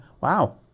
Wow